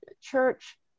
church